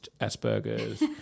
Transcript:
Asperger's